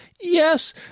Yes